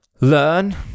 learn